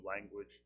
language